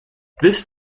this